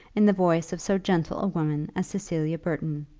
in the voice of so gentle a woman as cecilia burton.